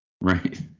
Right